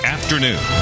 Afternoon